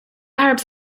arabs